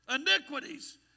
iniquities